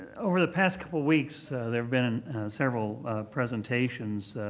over the past couple weeks there have been several presentations